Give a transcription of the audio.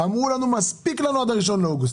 אמרו לנו: מספיק לנו עד ה-1 באוגוסט.